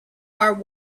are